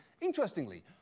interestingly